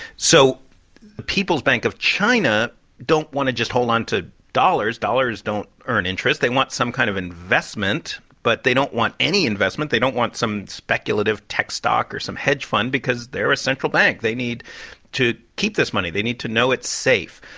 so people's bank of china don't want to just hold on to dollars. dollars don't earn interest. they want some kind of investment. but they don't want any investment. they don't want some speculative tech stock or some hedge fund because they're a central bank. they need to keep this money. they need to know it's safe.